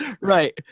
Right